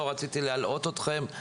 לא רציתי להלאות אתכם.